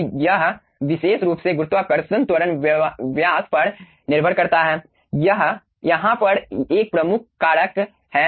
तो यह विशेष रूप से गुरुत्वाकर्षण त्वरण व्यास पर निर्भर करता है यहाँ पर एक प्रमुख कारक है